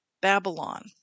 Babylon